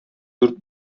дүрт